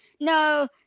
no